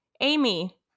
Amy